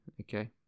okay